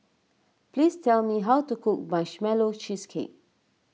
please tell me how to cook Marshmallow Cheesecake